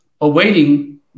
awaiting